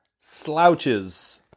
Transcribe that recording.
slouches